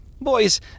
Boys